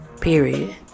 Period